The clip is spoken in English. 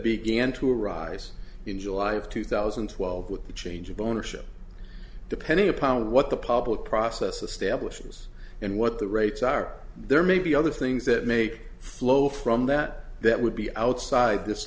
began to arise in july of two thousand and twelve with the change of ownership depending upon what the public process establishes and what the rates are there may be other things that make flow from that that would be outside this